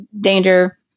danger